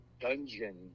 dungeon